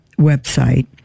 website